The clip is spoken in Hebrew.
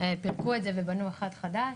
פירקו את זה ובנו אחד חדש.